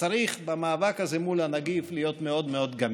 שצריך במאבק הזה מול הנגיף להיות מאוד מאוד גמישים.